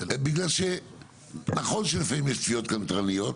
בגלל שנכון שלפעמים יש תביעות קנטרניות,